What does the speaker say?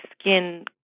skin